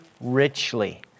richly